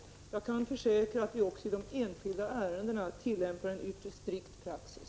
Jag kan försäkra att vi också i de enskilda ärendena tillämpar en ytterst strikt praxis.